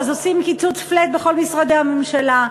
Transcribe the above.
אז עושים קיצוץ flat בכל משרדי הממשלה.